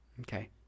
Okay